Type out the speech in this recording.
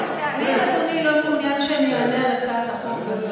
אם אדוני לא מעוניין שאני אענה על הצעת החוק,